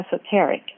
esoteric